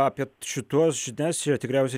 apie šituos žinias čia tikriausiai